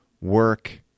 work